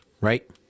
right